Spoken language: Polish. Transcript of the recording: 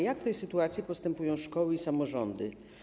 Jak w tej sytuacji postępują szkoły i samorządy?